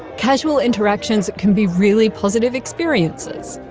casual interactions can be really positive experiences!